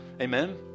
amen